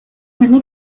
l’année